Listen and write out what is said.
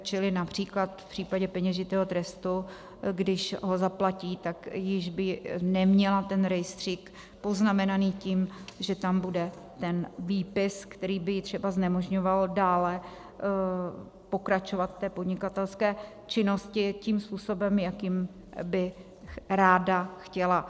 Čili například v případě peněžitého trestu, když ho zaplatí, tak již by neměla ten rejstřík poznamenaný tím, že tam bude ten výpis, který by jí třeba znemožňoval dále pokračovat v podnikatelské činnosti tím způsobem, jakým by ráda chtěla.